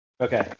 Okay